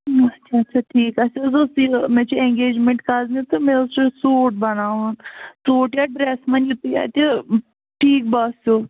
اَچھا اَچھا ٹھیٖک اَسہِ حظ اوس یہِ مےٚ چھِ اینٛگیجمٮ۪نٛٹ کَزنہِ تہٕ مےٚ حظ چھُ سوٗٹ بَناوُن سوٗٹ یا ڈرٛیس وۅنۍ یہِ تۅہہِ اَتہِ ٹھیٖک باسٮ۪و